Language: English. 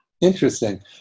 Interesting